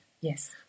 Yes